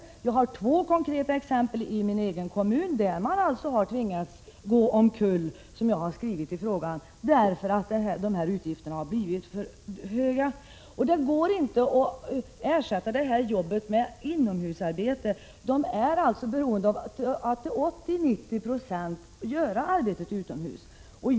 Jag har, som jag har skrivit i min fråga, två konkreta exempel i min egen kommun på företag som tvingats ”gå omkull” bl.a. därför att dessa utgifter blivit för stora. Det går inte att ersätta de här jobben med inomhusarbete; man är till 80-90 96 beroende av att göra arbetet utomhus.